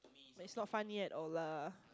but it's not funny at all lah